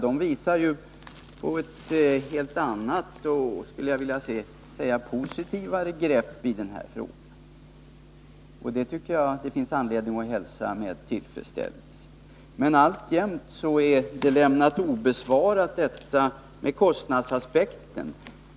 De visar ju på ett helt annat och, skulle jag vilja säga, mera positivt grepp i den här frågan, och det finns det anledning att hälsa med tillfredsställelse. Men alltjämt har frågan om kostnadsaspekten lämnats obesvarad.